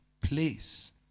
place